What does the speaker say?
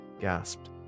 gasped